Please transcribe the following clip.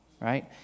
right